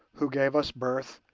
who gave us birth,